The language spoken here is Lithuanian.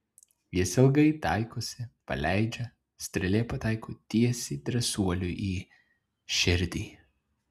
jis ilgai taikosi paleidžia strėlė pataiko tiesiai drąsuoliui į širdį